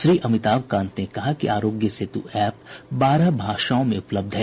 श्री अमिताभ कांत ने कहा कि आरोग्य सेतु एप बारह भाषाओं में उपलब्ध है